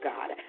God